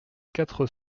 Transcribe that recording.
quatre